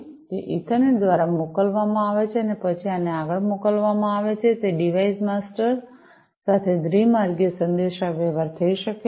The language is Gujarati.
તે ઇથરનેટ દ્વારા મોકલવામાં આવે છે અને પછી આને આગળ મોકલવામાં આવે છે તે ડિવાઇસ માસ્ટર ડિવાઇસ માસ્ટર સાથે દ્વિ માર્ગ સંદેશાવ્યવહાર થઈ શકે છે